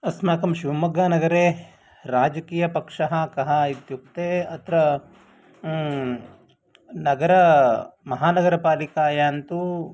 अस्माकं शिवमोग्गानगरे राजकीयः पक्षः कः इत्युक्ते अत्र नगर महानगरपालिकायान्तु